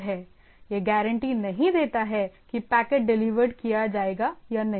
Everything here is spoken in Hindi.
यह गारंटी नहीं देता है कि पैकेट डिलीवरड किया जाएगा या नहीं